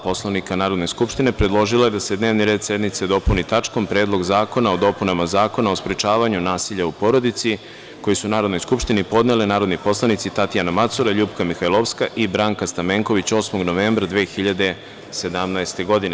Poslovnika Narodne skupštine, predložila je da se dnevni red sednice dopuni tačkom – Predlog zakona o dopunama Zakona o sprečavanju nasilja u porodici, koji su Narodnoj skupštini podneli narodni poslanici Tatjana Macura, LJupka Mihajlovska i Branka Stamenković 8. novembra 2017. godine.